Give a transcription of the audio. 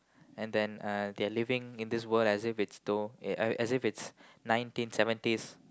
and then uh they are living in this world as if it's though uh as if it's nineteen seventies